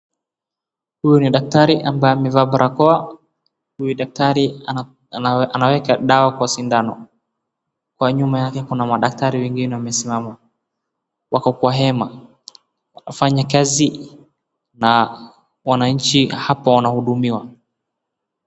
Huyu ni daktari ambaye amevaa barakoa huyu daktari anaweka dawa kwa sindano kwa nyuma yake kuna madaktari wamesimama wako kwa hema wanafanya kazi na wananchi hapa wanaudumiwa.